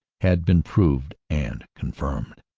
had been proved and confirmed.